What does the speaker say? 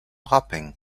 rapin